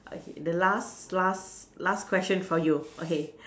okay the last last last question for you okay